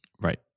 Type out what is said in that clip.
right